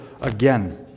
again